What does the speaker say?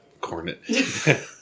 cornet